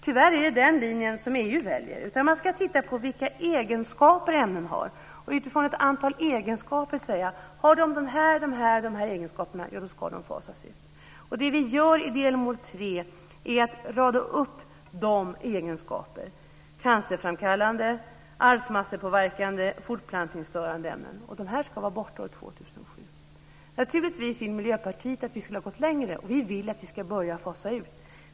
Tyvärr är det den linjen som EU väljer. Man ska i stället titta på vilka egenskaper ämnen har, och utifrån ett antal egenskaper säga: Har ämnena de här egenskaperna så ska de fasas ut. I delmål tre radar vi upp de egenskaperna. Det gäller cancerframkallande, arvsmassepåverkande och fortplantningsstörande ämnen. De ska vara borta år 2007. Naturligtvis vill Miljöpartiet att vi skulle ha gått längre - vi vill att vi ska börja fasa ut.